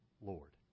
Lord